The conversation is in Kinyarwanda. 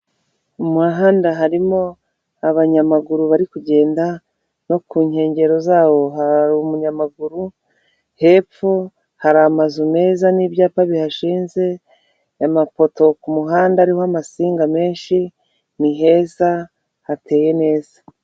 Mu muhanda harimo abanyamaguru bari kugenda, no ku nkengero zawo hari umunyamaguru, hepfo hari amazu meza n'ibyapa bihashinze, amapoto ku muhanda ariho amansinga menshi, ni heza hateye neza.